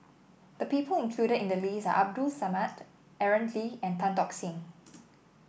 the people included in the list are Abdul Samad Aaron Lee and Tan Tock Seng